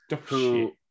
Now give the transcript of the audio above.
who-